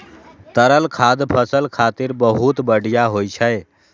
तरल खाद फसल खातिर बहुत बढ़िया होइ छै